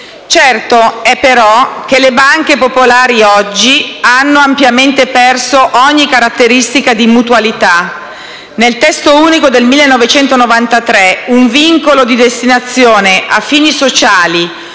Certo è, però, che le banche popolari, oggi, hanno ampiamente perso ogni caratteristica di mutualità. Nel Testo unico del 1993 un vincolo di destinazione a fini sociali